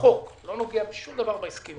שבחוק לא נוגע בדבר בהסכמים